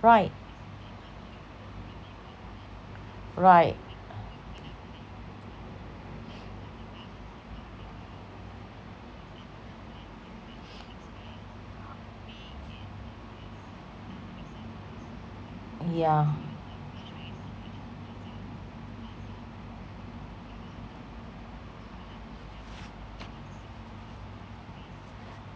right right yeah